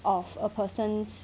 of a person's